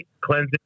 cleansing